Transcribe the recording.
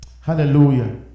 Hallelujah